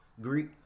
Greek